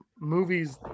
movies